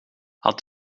had